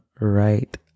right